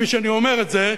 כפי שאני אומר את זה,